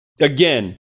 again